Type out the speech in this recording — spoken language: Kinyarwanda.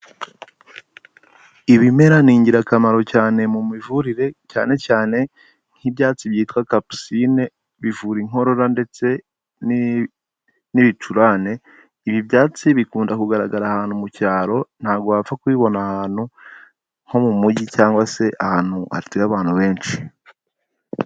Ibimera ni ingirakamaro cyane mu mivurire cyane cyane nk'ibyatsi byitwa kapusine bivura inkorora ndetse n'ibicurane ibi byatsi bikunda kugaragara ahantu mu cyaro ntabwo wapfa kubibona ahantu ho mu mujyi cyangwa se ahantu hatuye abantu benshi.